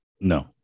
No